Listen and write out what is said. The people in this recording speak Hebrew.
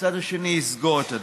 ולצד השני יסגור את הדלתות?